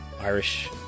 Irish